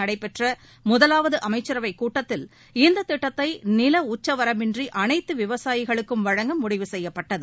நடைபெற்றமுதலாவதுஅமைச்சரவைக் கூட்டத்தில் இந்தத் திட்டத்தைநிலஉச்சவரம்பின்றிஅனைத்துவிவசாயிகளுக்கும் வழங்க முடிவு செய்யப்பட்டது